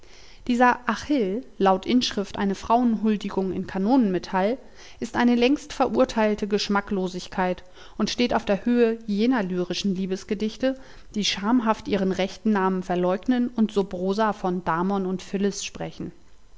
dieser achill laut inschrift eine frauenhuldigung in kanonenmetall ist eine längst verurteilte geschmacklosigkeit und steht auf der höhe jener lyrischen liebesgedichte die schamhaft ihren rechten namen verleugnen und sub rosa von damon und phyllis sprechen